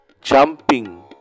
jumping